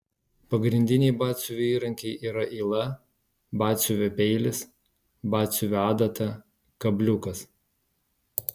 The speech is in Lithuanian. pagrindiniai batsiuvio įrankiai yra yla batsiuvio peilis batsiuvio adata kabliukas